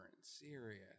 serious